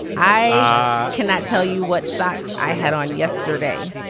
i cannot tell you what socks i had on yesterday